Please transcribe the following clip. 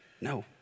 No